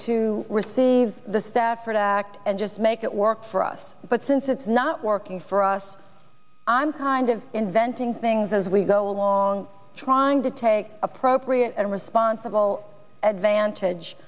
to receive the stafford act and just make it work for us but since it's not working for us i'm kind of inventing things as we go along trying to take appropriate and responsible advantage